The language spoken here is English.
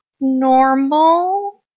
normal